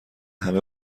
همه